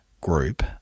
Group